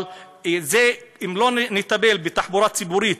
אבל אם לא נטפל בתחבורה הציבורית